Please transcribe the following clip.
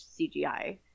CGI